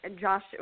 Josh